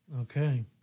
Okay